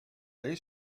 they